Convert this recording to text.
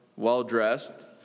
well-dressed